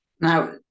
now